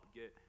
get